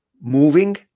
moving